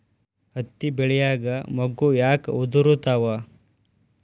ಹತ್ತಿ ಬೆಳಿಯಾಗ ಮೊಗ್ಗು ಯಾಕ್ ಉದುರುತಾವ್?